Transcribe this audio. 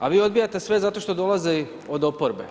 A vi odbijate sve, zato što dolaze od oporbe.